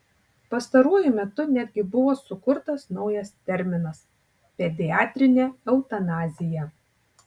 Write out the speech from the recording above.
pastaruoju metu netgi buvo sukurtas naujas terminas pediatrinė eutanazija